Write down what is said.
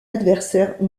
adversaire